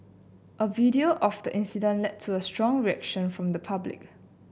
a video of the incident led to a strong reaction from the public